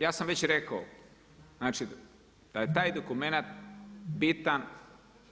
Ja sam već rekao, znači da je taj dokumenat bitan